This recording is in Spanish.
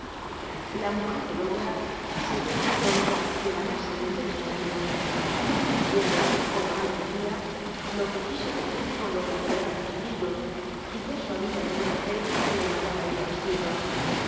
la mujer del ogra e quedó ahínila de la mansedumbre de su maritlu no cnlentlicthio como no cnltmlia lo que quiso decir con lo de a iar it los chiquillos y per mulitla tic hucna fe que le mandaba ir á vc